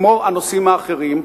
כמו הנושאים האחרים,